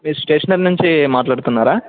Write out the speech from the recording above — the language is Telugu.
మీరు స్టేషనరీ నుంచి మాట్లాడుతున్నారా